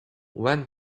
when